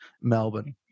Melbourne